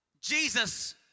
Jesus